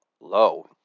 low